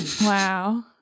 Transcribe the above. Wow